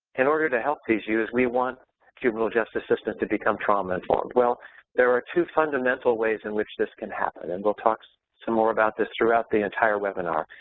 in order to help these youth, we want juvenile justice system to become trauma-informed. well there are two fundamental ways in which this can happen and we'll talk so some more about this throughout the entire webinar.